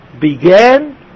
began